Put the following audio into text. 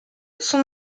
son